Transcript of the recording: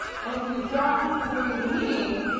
and if you don't believe me,